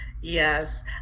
Yes